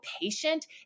patient